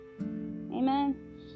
Amen